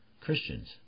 Christians